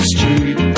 Street